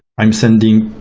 i'm sending